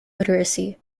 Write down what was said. literacy